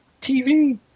TV